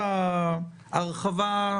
כל ברכה לכשעצמה.